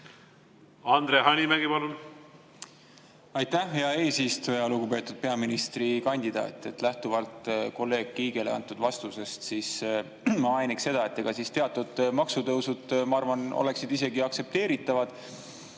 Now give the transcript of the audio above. Andre Hanimägi, palun! Aitäh, hea eesistuja! Lugupeetud peaministrikandidaat! Lähtuvalt kolleeg Kiigele antud vastusest ma mainiks seda, et teatud maksutõusud, ma arvan, oleksid isegi aktsepteeritavad.